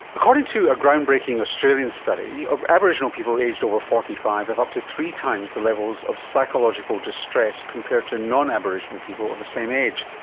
according to a ground-breaking australian study aboriginal people aged over forty five have up to three times the levels of psychological distress compared to non-aboriginal people of the same age.